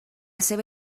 seva